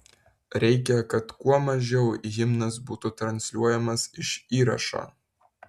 reikia kad kuo mažiau himnas būtų transliuojamas iš įrašo